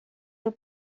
were